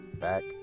Back